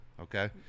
Okay